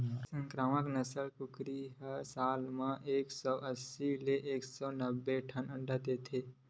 संकरामक नसल के कुकरी ह साल म एक सौ अस्सी ले एक सौ नब्बे ठन अंडा देबे करथे